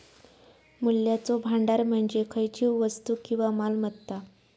मूल्याचो भांडार म्हणजे खयचीव वस्तू किंवा मालमत्ता